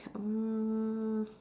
mm